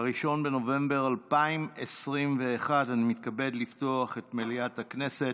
1 בנובמבר 2021. אני מתכבד לפתוח את מליאת הכנסת.